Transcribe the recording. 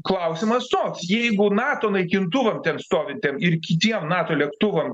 klausimas toks jeigu nato naikintuvam ten stovintiem ir kitiem nato lėktuvam